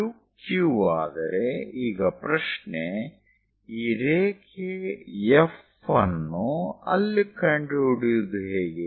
ಇದು Q ಆದರೆ ಈಗ ಪ್ರಶ್ನೆ ಈ ರೇಖೆ F ಅನ್ನು ಅಲ್ಲಿ ಕಂಡುಹಿಡಿಯುವುದು ಹೇಗೆ